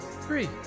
Three